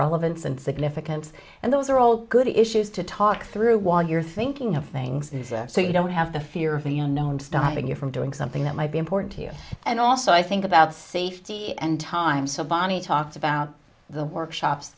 relevance and significance and those are all good issues to talk through while you're thinking of things so you don't have the fear of you know and stopping you from doing something that might be important to you and also i think about safety and time sobhani talked about the workshops